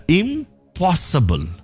impossible